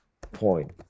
point